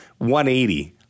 180